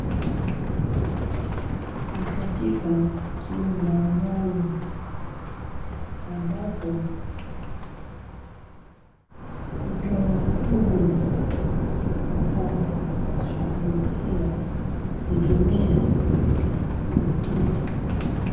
Ni katika chumba maalum ambapo mtoa huduma anaonekana anashughulikia kutumia kompyuta.